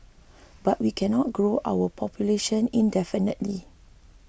but we cannot grow our population indefinitely